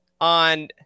on